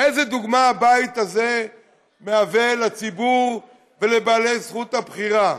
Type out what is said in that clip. איזו דוגמה הבית הזה מהווה לציבור ולבעלי זכות הבחירה?